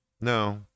No